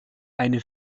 eine